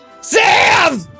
Sam